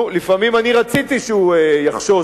נו, לפעמים אני רציתי שהוא יחשוש,